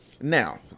now